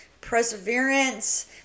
perseverance